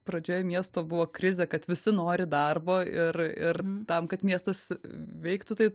pradžioje miesto buvo krizė kad visi nori darbo ir ir tam kad miestas veiktų tai